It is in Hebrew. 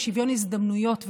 ושוויון הזדמנויות,